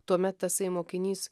tuomet tasai mokinys